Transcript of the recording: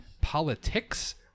politics